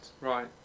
Right